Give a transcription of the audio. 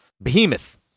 behemoth